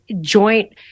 joint